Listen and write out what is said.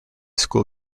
school